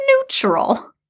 neutral